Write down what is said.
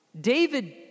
David